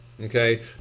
Okay